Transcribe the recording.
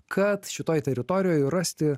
kad šitoj teritorijoj rasti